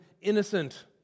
innocent